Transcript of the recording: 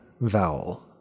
vowel